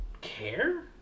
care